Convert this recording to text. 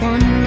One